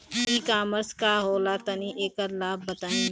ई कॉमर्स का होला तनि एकर लाभ हानि बताई?